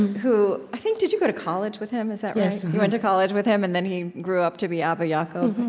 who, i think did you go to college with him? is that right? you went to college with him, and then he grew up to be abba yeah ah jacob